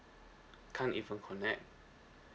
can't even connect